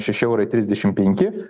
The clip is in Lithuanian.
šeši eurai trisdešim penki